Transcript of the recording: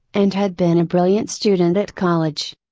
and had been a brilliant student at college.